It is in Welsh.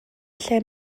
lle